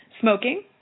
smoking